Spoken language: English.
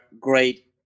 great